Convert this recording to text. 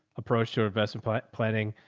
approach to investment planning.